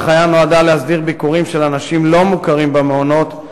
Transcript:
ההנחיה נועדה להסדיר ביקורים של אנשים לא מוכרים במעונות,